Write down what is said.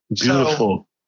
Beautiful